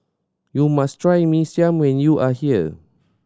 you must try Mee Siam when you are here